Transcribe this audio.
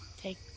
take